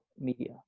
media